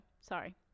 Sorry